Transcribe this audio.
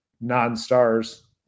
non-stars